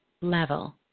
level